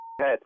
head